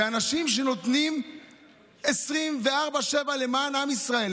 זה אנשים שנותנים 24/7 למען עם ישראל,